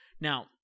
Now